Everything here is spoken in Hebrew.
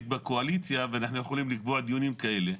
בקואליציה ואנחנו יכולים לקבוע דיונים כאלה.